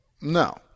No